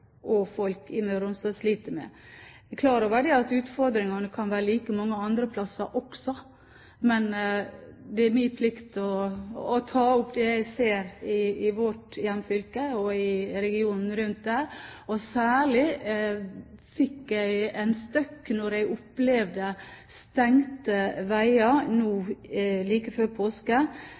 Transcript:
og folk i Møre og Romsdal sliter med. Jeg er klar over at utfordringene kan være like vanskelige andre plasser også, men det er min plikt å ta opp det jeg ser i vårt hjemfylke og i regionen rundt, og særlig fikk jeg en støkk da jeg opplevde stengte veier nå like før påske